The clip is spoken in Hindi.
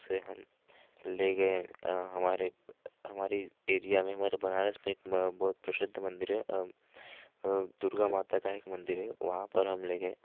उसे हम ले गए हमारे हमारी एरिया में हमारे बनारस में एक बहुत प्रसिद्द मंदिर है दुर्गा माता का एक मंदिर है वहाँ पर हम ले गए